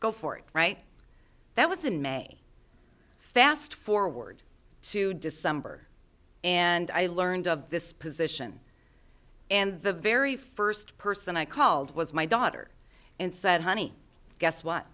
go for it right that was in may fast forward to december and i learned of this position and the very first person i called was my daughter and said honey guess what